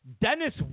Dennis